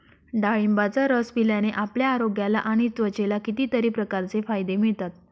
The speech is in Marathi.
डाळिंबाचा रस पिल्याने आपल्या आरोग्याला आणि त्वचेला कितीतरी प्रकारचे फायदे मिळतात